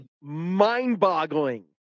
mind-boggling